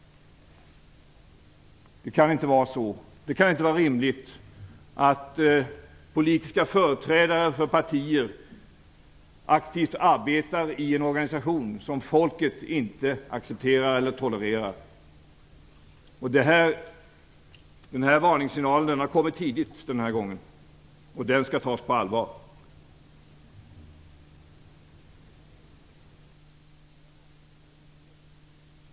Det kan inte vara så. Det kan inte vara rimligt att politiska företrädare för partier aktivt arbetar i en organisation som folket inte accepterar eller tolererar. Denna varningssignal har kommit tidigt den här gången, och den skall tas på allvar.